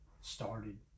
started